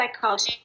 psychology